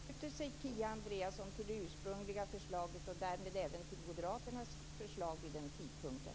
Fru talman! Förhoppningsvis ansluter sig Kia Andreasson till det ursprungliga förslaget och därmed även till Moderaternas förslag vid den tidpunkten.